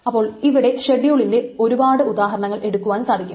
അപ്പോൾ ഇവിടെ ഷെഡ്യൂളിന്റെ ഒരുപാട് ഉദാഹരണങ്ങൾ എടുക്കുവാൻ സാധിക്കും